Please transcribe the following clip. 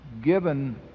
given